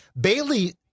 Bailey